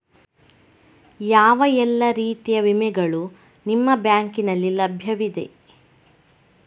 ಯಾವ ಎಲ್ಲ ರೀತಿಯ ವಿಮೆಗಳು ನಿಮ್ಮ ಬ್ಯಾಂಕಿನಲ್ಲಿ ಲಭ್ಯವಿದೆ?